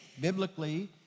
biblically